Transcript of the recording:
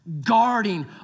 guarding